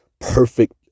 perfect